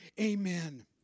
Amen